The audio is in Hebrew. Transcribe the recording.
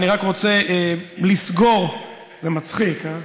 אני רק רוצה לסגור, זה מצחיק, הא?